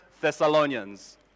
Thessalonians